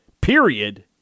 period